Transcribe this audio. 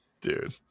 Dude